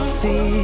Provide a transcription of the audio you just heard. see